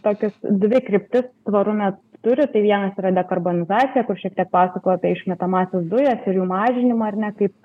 tokius dvi kryptis tvarume turi tai vienas yra dekarbonizacija kur šiek tiek pasakojau apie išmetamąsias dujas ir jų mažinimą ar ne kaip